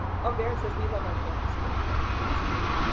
oh, behrend says, we love our campus too. yeah, it is pretty,